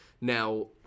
Now